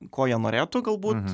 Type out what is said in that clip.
ko jie norėtų galbūt